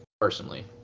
personally